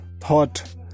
thought